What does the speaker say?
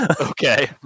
Okay